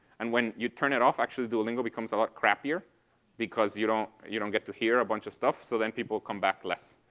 and when you turn it off, actually, duolingo becomes a lot crappier because you don't you don't get to hear a bunch of stuff. so then people come back less.